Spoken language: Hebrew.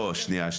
לא, שנייה.